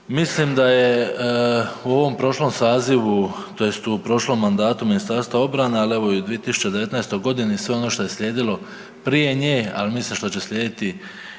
Mislim da je u ovom prošlom sazivu, tj. u prošlom mandatu Ministarstva obrane ali evo i u 2019. godini sve ono što je slijedilo prije nje, ali mislim što će slijediti